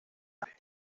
tarde